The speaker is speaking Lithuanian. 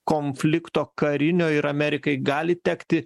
konflikto karinio ir amerikai gali tekti